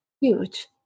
huge